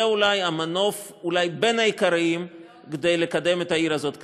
זה אולי בין המנופים העיקריים לקידום העיר הזאת קדימה.